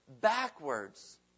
backwards